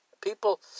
People